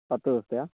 പത്ത് ദിവസത്തെ ആണോ